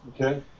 Okay